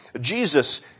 Jesus